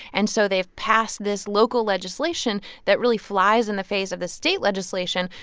and so they've passed this local legislation that really flies in the face of the state legislation.